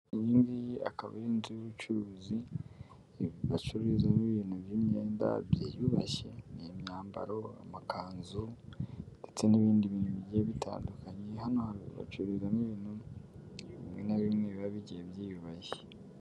Iyi ngiyi akaba ari inzu y'ubucuruzi bacururizamo ibintu by'imyenda byiyubashye. Ni imyambaro, amakanzu ndetse n'ibindi bintu bigiye bitandukanye, hano hantu bacururizamo ibintu bimwe na bimwe biba bigiye byiyubashye.